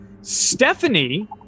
Stephanie